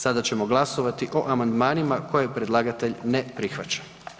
Sada ćemo glasovati o amandmanima koje predlagatelj ne prihvaća.